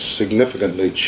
significantly